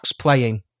playing